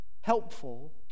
helpful